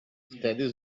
wtedy